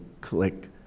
click